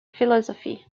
philosophy